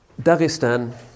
Dagestan